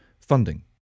funding